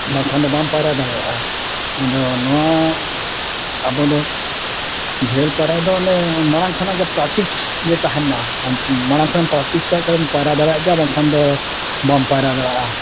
ᱵᱟᱝᱠᱷᱟᱱ ᱫᱚ ᱵᱟᱢ ᱯᱟᱭᱨᱟᱣ ᱫᱟᱲᱮᱭᱟᱜᱼᱟ ᱟᱫᱚ ᱱᱚᱣᱟ ᱟᱵᱚ ᱫᱚ ᱡᱷᱟᱹᱞ ᱯᱟᱭᱨᱟᱜ ᱫᱚ ᱚᱱᱮ ᱢᱟᱲᱟᱝ ᱠᱷᱚᱱᱟᱜ ᱜᱮ ᱯᱨᱮᱠᱴᱤᱥ ᱜᱮ ᱛᱟᱦᱮᱱ ᱢᱟ ᱟᱢ ᱢᱟᱲᱟᱝ ᱠᱷᱚᱱᱮᱢ ᱯᱨᱮᱠᱴᱤᱥ ᱠᱟᱜ ᱠᱷᱟᱱᱮᱢ ᱯᱟᱭᱨᱟ ᱫᱟᱲᱮᱭᱟᱜ ᱜᱮᱭᱟ ᱵᱟᱝᱠᱷᱟᱱ ᱫᱚ ᱵᱟᱢ ᱯᱟᱭᱨᱟ ᱫᱟᱲᱮᱭᱟᱜᱼᱟ